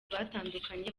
batandukanye